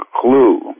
clue